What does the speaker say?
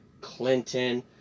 Clinton